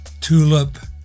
tulip